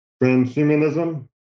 Transhumanism